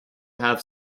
have